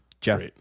Jeff